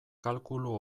kalkulu